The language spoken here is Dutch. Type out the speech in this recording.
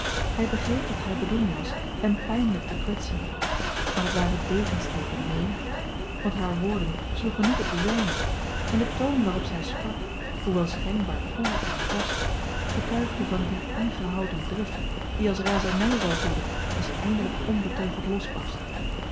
hij begreep dat hare bedoeling was hem pijnlijk te kwetsen maar het waren degensteken in de lucht want hare woorden sloegen niet op de zijne en de toon waarop zij sprak hoewel schijnbaar koel en vast getuigde van die ingehouden drift die als razernij zal woeden als zij eindelijk onbeteugeld losbarst